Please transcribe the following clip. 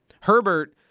Herbert